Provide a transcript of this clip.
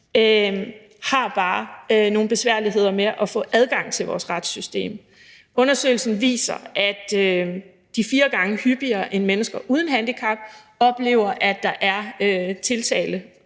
bare har nogle besværligheder med at få adgang til vores retssystem. Undersøgelsen viser, at de fire gange hyppigere end mennesker uden handicap oplever, at der er tiltalefrafald